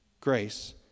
Grace